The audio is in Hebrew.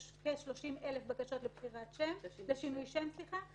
יש כ-30,000 בקשות לשינוי שם,